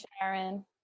Sharon